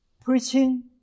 preaching